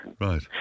Right